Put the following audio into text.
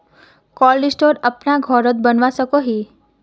Cold store अपना घोरोत बनवा सकोहो ही?